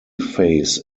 phase